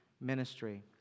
ministry